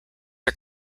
are